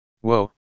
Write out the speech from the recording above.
Whoa